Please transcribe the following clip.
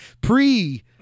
pre